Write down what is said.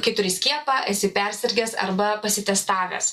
kai turi skiepą esi persirgęs arba pasitiestavęs